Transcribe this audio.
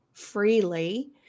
freely